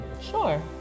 sure